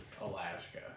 Alaska